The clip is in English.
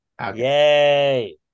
Yay